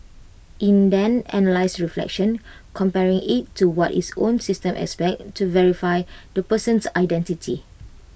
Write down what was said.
in then analyses reflection comparing IT to what its own system expects to verify the person's identity